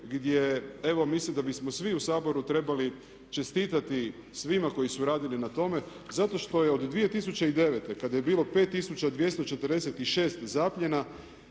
gdje evo mislim da bismo svi u Saboru trebali čestitati svima koji su radili na tome zato što je od 2009. kada je bilo 5246 zapljena